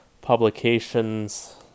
publications